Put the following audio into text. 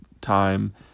time